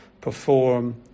perform